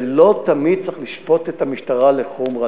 ולא תמיד צריך לשפוט את המשטרה לחומרה,